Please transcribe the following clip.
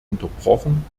unterbrochen